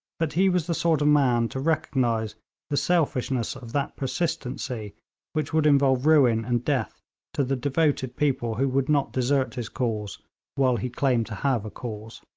but he was the sort of man to recognise the selfishness of that persistency which would involve ruin and death to the devoted people who would not desert his cause while he claimed to have a cause.